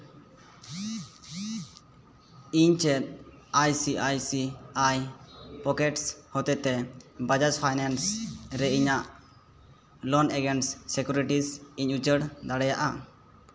ᱤᱧ ᱪᱮᱫ I C I C I pockets ᱦᱚᱛᱮ ᱛᱮ ᱵᱟᱡᱟᱡᱽ ᱯᱷᱟᱭᱱᱟᱭᱤᱱᱥ ᱨᱮ ᱤᱧᱟᱹᱜ ᱞᱳᱱ ᱮᱜᱮᱱᱥ ᱥᱤᱠᱩᱨᱤᱴᱤᱡ ᱤᱧ ᱩᱪᱟᱹᱲ ᱫᱟᱲᱮᱭᱟᱜᱼᱟ